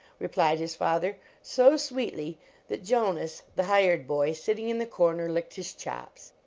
replied his father, so sweetly that jonas, the hired boy. sitting in the corner, licked his chops.